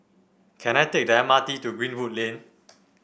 can I take the M R T to Greenwood Lane